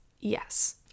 Yes